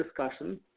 discussion